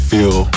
Feel